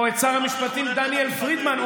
או את שר המשפטים דניאל פרידמן,